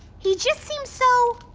he just seems so.